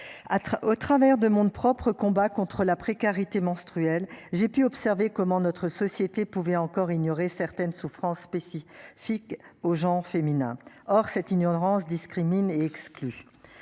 au travers de monde propres combat contre la précarité menstruelle. J'ai pu observer comment notre société pouvait encore ignorer certaines souffrances Pesci figues aux gens féminin. Or cette ignorance discriminent et exclut.